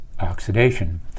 Oxidation